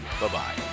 Bye-bye